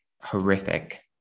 horrific